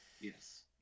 yes